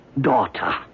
daughter